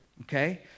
okay